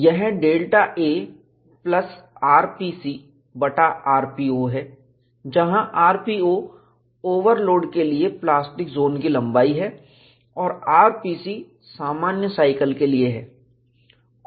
यह Δ a plus rpc बटा rpo है जहां rpo ओवरलोड के लिए प्लास्टिक जोन की लंबाई है और r p c सामान्य साइकिल के लिए है